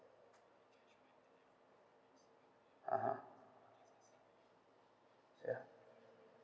(uh huh) ya